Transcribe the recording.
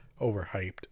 overhyped